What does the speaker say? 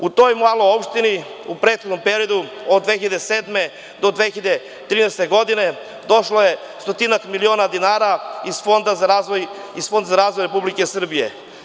U toj maloj opštini u prethodnom periodu, od 2007. do 2013. godine došlo je stotinak miliona dinara iz Fonda za razvoj Republike Srbije.